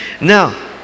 now